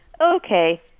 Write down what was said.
okay